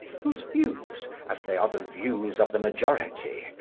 whose views, as they are the views of the majority,